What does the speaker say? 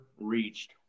reached